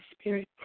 Spirit